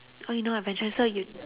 oh you not adventurous so you